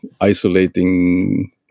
isolating